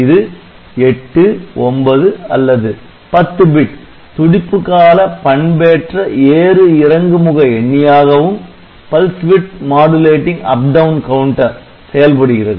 இது 89 அல்லது 10 பிட் "துடிப்பு கால பண்பேற்ற ஏறுஇறங்கு முக எண்ணியாகவும்" Pulse Width Modulating updown counter செயல்படுகிறது